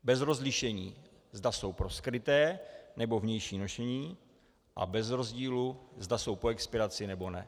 Bez rozlišení, zda jsou pro skryté, nebo vnější nošení, a bez rozdílu, zda jsou po expiraci, nebo ne.